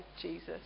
Jesus